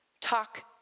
Talk